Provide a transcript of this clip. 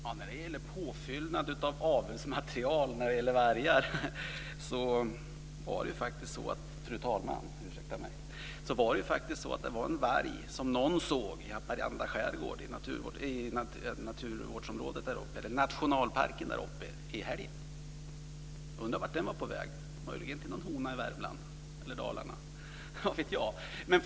Fru talman! Vad gäller påfyllnad av vargavelsmaterial kan jag peka på att någon i helgen såg en varg i nationalparken i Haparanda skärgård. Jag undrar vart den var på väg - möjligen till någon hona i Värmland eller Dalarna - vad vet jag?